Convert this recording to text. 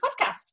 Podcast